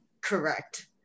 correct